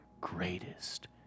greatest